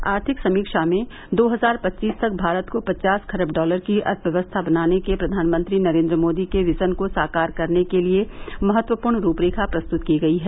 आर्थिक समीक्षा में दो हजार पचीस तक भारत को पचास खरब डॉलर की अर्थव्यवस्था बनाने के प्रधानमंत्री नरेन्द्र मोदी के विजन को साकार करने के लिए महत्वपूर्ण रूपरेखा प्रस्तुत की गई है